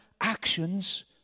actions